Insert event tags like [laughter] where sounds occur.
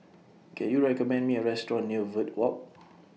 Can YOU recommend Me A Restaurant near Verde Walk [noise]